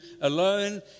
alone